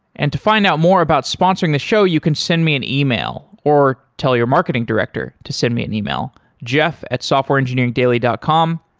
and to find out more about sponsoring the show, you can send me an email or tell your marketing director to send me an email, jeff at softwareengineering dot com.